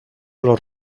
los